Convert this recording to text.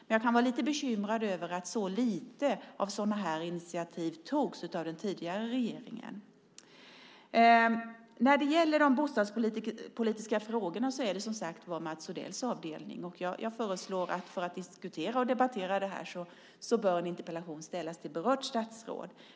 Men jag kan vara lite bekymrad över att så lite av sådana här initiativ togs av den tidigare regeringen. När det gäller de bostadspolitiska frågorna är det, som sagt var, Mats Odells avdelning. För att diskutera och debattera det här föreslår jag att en interpellation ställs till berört statsråd.